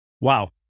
Wow